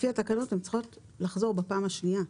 לפי התקנות הן צריכות לחזור בפעם השנייה.